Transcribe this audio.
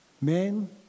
Men